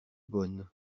bonne